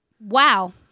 Wow